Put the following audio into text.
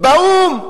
באו"ם?